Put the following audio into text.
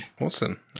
Awesome